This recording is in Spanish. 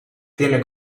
tiene